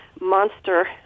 monster